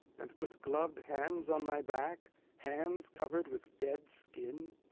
and put gloved hands on my back hands covered with dead skin.